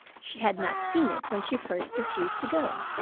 she had not seen it when she first refused to go.